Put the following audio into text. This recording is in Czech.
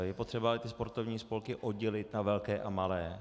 Je potřeba sportovní spolky oddělit na velké a malé.